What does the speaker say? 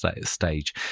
stage